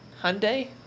Hyundai